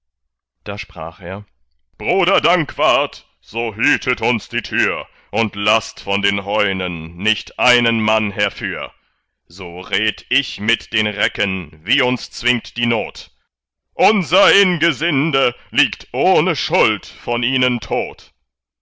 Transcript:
da sprach er bruder dankwart so hütet uns die tür und laßt von den heunen nicht einen mann herfür so red ich mit den recken wie uns zwingt die not unser ingesinde liegt ohne schuld von ihnen tot